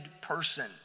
person